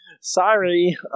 Sorry